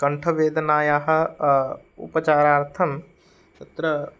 कण्ठवेदनायाः उपचारार्थं तत्र